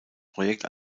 projekt